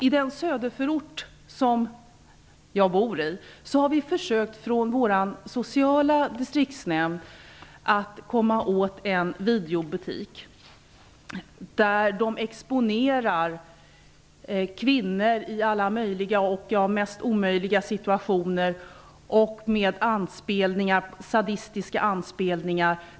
I den söderförort där jag bor har vi via vår sociala distriktsnämnd försökt komma åt en videobutik där videokassetter med kvinnor i alla möjliga och de mest omöjliga situationer exponeras med sadistiska anspelningar.